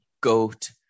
goat